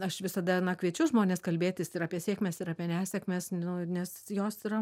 aš visada na kviečiu žmones kalbėtis ir apie sėkmes ir apie nesėkmes nu nes jos yra